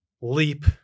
leap